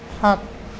সাত